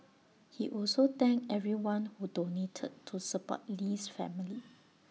he also thanked everyone who donated to support Lee's family